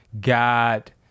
God